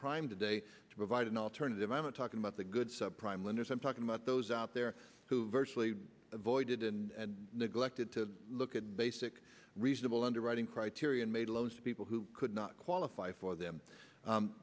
prime today to provide an alternative i'm not talking about the good subprime lenders i'm talking about those out there who virtually avoided and neglected to look at basic reasonable underwriting criteria and made loans to people who could not qualify for them